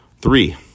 Three